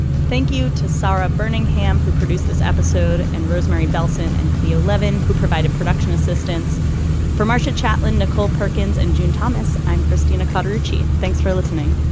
thank you to sara burning ham. who produced this episode and rosemary belson and cleo levin who provided production assistance for marcia chaplin nicole perkins and june thomas. i'm christina carter g. thanks for listening